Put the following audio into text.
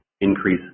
increase